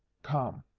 come.